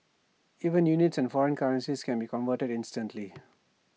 even units and foreign currencies can be converted instantly